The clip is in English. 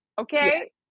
Okay